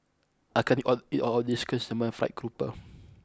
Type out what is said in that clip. I can't eat all eat all of this Chrysanthemum Fried Grouper